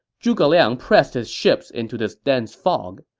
zhuge liang pressed his ships into this dense fog.